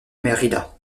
merida